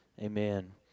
Amen